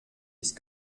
ist